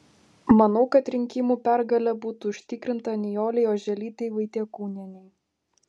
manau kad rinkimų pergalė būtų užtikrinta nijolei oželytei vaitiekūnienei